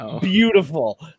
Beautiful